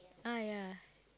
ah ya